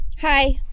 Hi